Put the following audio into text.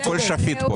הכל שפיט פה.